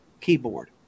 keyboard